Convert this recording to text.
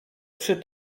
przy